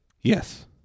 Yes